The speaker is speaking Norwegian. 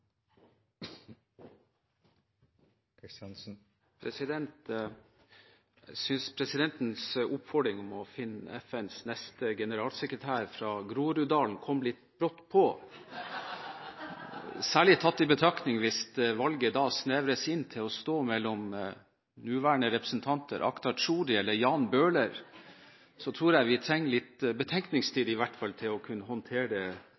er menneskerettigheter. Jeg synes presidentens oppfordring om å finne FNs neste generalsekretær fra Groruddalen kom litt brått på. Særlig tatt i betraktning av at valget snevres inn til å stå mellom nåværende representanter Akhtar Chaudhry og Jan Bøhler, tror jeg i hvert fall vi trenger litt betenkningstid for å kunne håndtere det